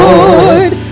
Lord